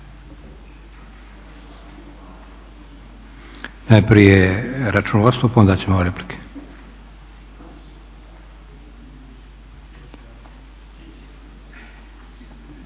Najprije računovodstvo pa onda ćemo replike.